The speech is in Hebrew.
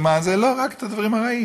לא, רק את הדברים הרעים.